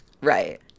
Right